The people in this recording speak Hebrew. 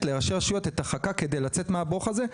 לראשי הרשויות את החכה כדי לצאת מהברוך הזה.